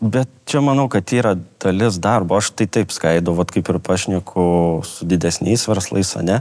bet čia manau kad yra dalis darbo aš tai taip skaidau vat kaip ir pašneku su didesniais verslais ane